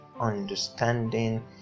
understanding